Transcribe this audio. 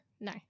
No